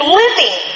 living